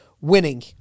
winning